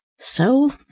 So